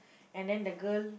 and then the girl